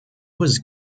was